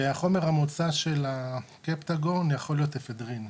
והחומר המוצא של הקפטגון יכול להיות אפדרין.